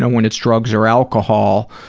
when it's drugs or alcohol,